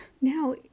now